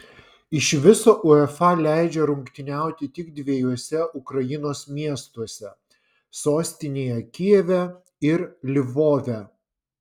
iš viso uefa leidžia rungtyniauti tik dviejuose ukrainos miestuose sostinėje kijeve ir lvove